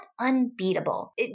unbeatable